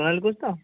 ସୋନାଲି କହୁଛୁ ତ